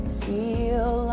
feel